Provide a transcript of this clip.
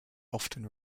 often